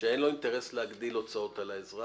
אני מסכים אתך שאין לו אינטרס להגדיל הוצאות על האזרח,